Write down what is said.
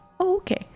Okay